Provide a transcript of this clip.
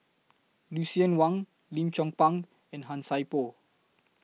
Lucien Wang Lim Chong Pang and Han Sai Por